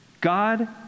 god